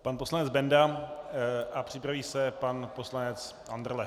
Pan poslanec Benda a připraví se pan poslanec Andrle.